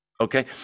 okay